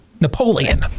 napoleon